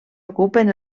ocupen